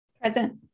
Present